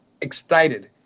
excited